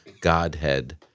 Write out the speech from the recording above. Godhead